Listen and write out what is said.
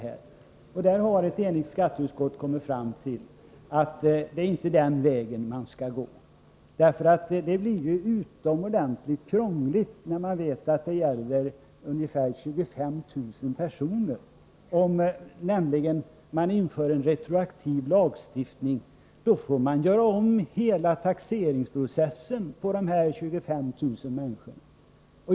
Här har ett enigt skatteutskott kommit fram till att det inte är den vägen som man bör välja. Det skulle bli utomordentligt krångligt, eftersom det rör sig om ungefär 25 000 personer. Man skulle få göra om hela taxeringsprocessen för de här 25 000 människorna.